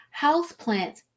houseplants